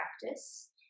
practice